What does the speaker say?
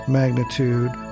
magnitude